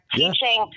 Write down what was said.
teaching